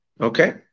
Okay